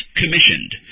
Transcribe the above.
commissioned